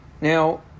Now